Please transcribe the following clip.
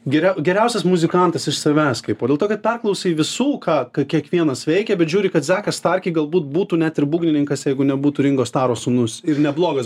geriau geriausias muzikantas iš savęs kaipo dėl to kad perklausai visų ką k kiekvienas veikia bet žiūri kad zekas starki galbūt būtų net ir būgnininkas jeigu nebūtų ringo staro sūnus ir neblogas